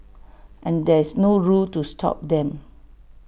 and there's no rule to stop them